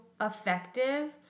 effective